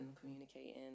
communicating